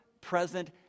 present